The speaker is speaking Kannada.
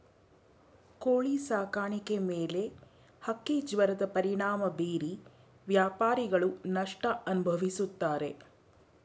ಕೋಳಿ ಸಾಕಾಣಿಕೆ ಮೇಲೆ ಹಕ್ಕಿಜ್ವರದ ಪರಿಣಾಮ ಬೀರಿ ವ್ಯಾಪಾರಿಗಳು ನಷ್ಟ ಅನುಭವಿಸುತ್ತಾರೆ